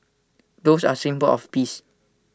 doves are A symbol of peace